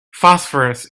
phosphorus